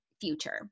future